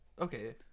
Okay